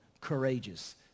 courageous